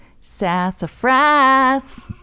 sassafras